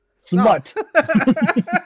Smut